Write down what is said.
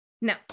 No